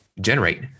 generate